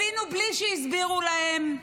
הבינו בלי שהסבירו להם,